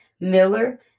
Miller